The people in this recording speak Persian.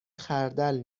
خردل